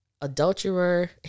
adulterer